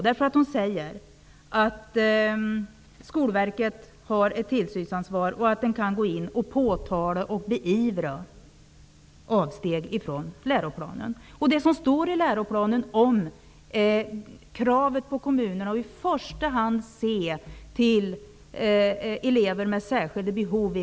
Skolministern säger ju att Skolverket har ett tillsynsansvar och kan gå in och påtala och beivra avsteg från läroplanen. I läroplanen ställs kravet på kommunerna att vid resursfördelning i första hand se till elever med särskilda behov.